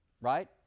Right